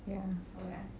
ya